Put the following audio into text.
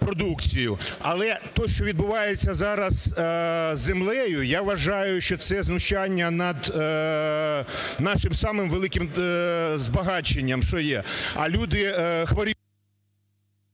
Але те, що відбувається зараз із землею, я вважаю, що це знущання над нашим самим великим збагачення, що є.